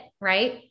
Right